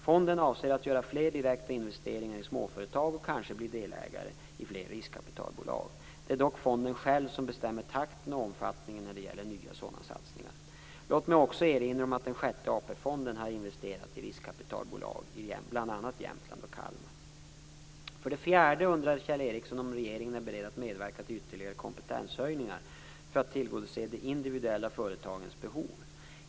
Fonden avser att göra fler direkta investeringar i småföretag och kanske bli delägare i fler riskkapitalbolag. Det är dock fonden själv som bestämmer takten och omfattningen när det gäller nya sådana satsningar. Låt mig också erinra om att den sjätte AP-fonden har investerat i riskkapitalbolag i bl.a. Jämtlands och Kalmar län. För det fjärde undrar Kjell Ericsson om regeringen är beredd att medverka till ytterligare kompetenshöjningar för att tillgodose de individuella företagens behov.